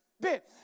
bit